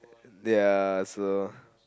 ya so